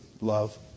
love